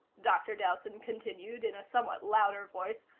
dr. dowson continued in a somewhat louder voice,